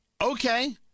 Okay